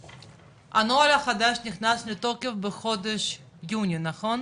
הנוהל החדש נכנס לתוקף בחודש יוני, נכון?